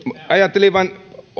ajattelin vain